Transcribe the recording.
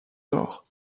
nord